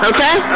Okay